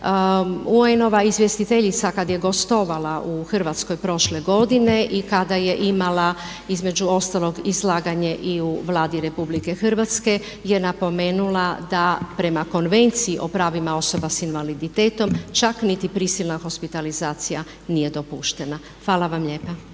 UN-ova izvjestiteljica kada je gostovala u Hrvatskoj prošle godine i kada je imala između ostalog izlaganje i u Vladi RH je napomenula da prema Konvenciji o pravima osobama sa invaliditetom čak niti prisilna hospitalizacija nije dopuštena. Hvala vam lijepa.